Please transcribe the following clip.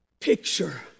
picture